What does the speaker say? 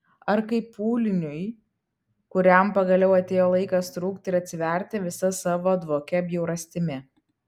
ar kaip pūliniui kuriam pagaliau atėjo laikas trūkti ir atsiverti visa savo dvokia bjaurastimi